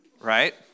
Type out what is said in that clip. Right